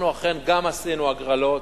אנחנו אכן גם עשינו הגרלות,